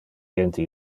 gente